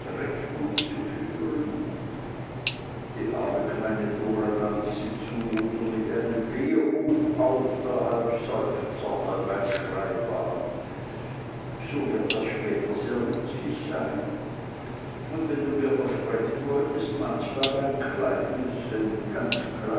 rechnung zu führen die arme kleine dora nahm diese zumutung mit einem weheruf auf der halb seufzer halb ein schrei war so wird das später sehr nützlich sein und wenn du mir versprechen wolltest manchmal ein kleines